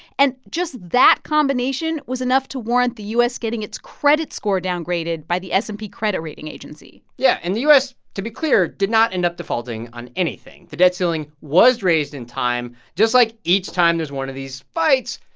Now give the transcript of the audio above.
and just that combination was enough to warrant the u s. getting its credit score downgraded by the s and p credit rating agency yeah. and the u s, to be clear, did not end up defaulting on anything. the debt ceiling was raised in time. just like each time there's one of these fights,